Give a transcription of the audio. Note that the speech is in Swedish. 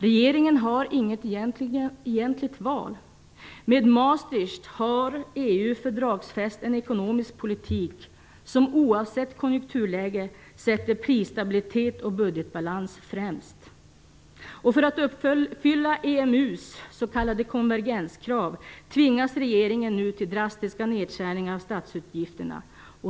Regeringen har inget egentligt val. Med Maastricht har EU fördragsfäst en ekonomisk politik som oavsett konjunkturläge sätter prisstabilitet och budgetbalans främst. För att uppfylla EMU:s s.k. konvergenskrav tvingas regeringen nu till drastiska nedskärningar av statsutgifterna.